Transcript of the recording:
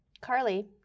Carly